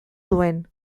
duen